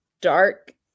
dark